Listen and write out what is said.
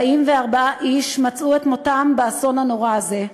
44 איש מצאו את מותם באסון הנורא הזה,